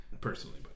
Personally